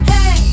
Hey